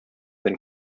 than